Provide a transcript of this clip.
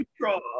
control